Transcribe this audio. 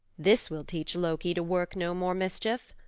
this will teach loki to work no more mischief.